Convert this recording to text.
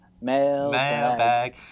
mailbag